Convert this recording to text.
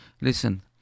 listen